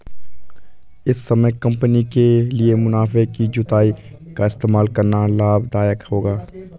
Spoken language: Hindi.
इस समय कंपनी के लिए मुनाफे की जुताई का इस्तेमाल करना लाभ दायक होगा